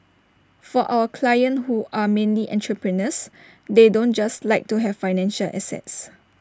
for our clients who are mainly entrepreneurs they don't just like to have financial assets